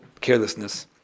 carelessness